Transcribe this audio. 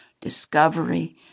discovery